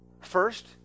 First